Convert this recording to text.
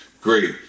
great